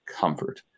comfort